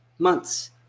months